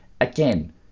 again